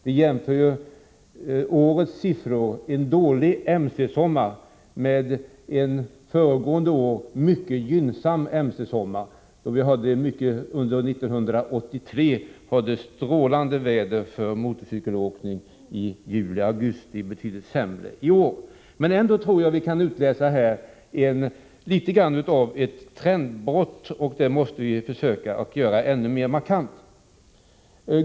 Vi jämför ju siffror från årets dåliga mc-sommar med siffror från föregående års mycket gynnsamma mc-sommar, då vi hade strålande väder för motorcykelåkning i juli och augusti. Ändå tror jag att vi här kan utläsa litet av ett trendbrott. Vi måste försöka göra trendbrottet ännu mer markant.